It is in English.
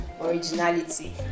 originality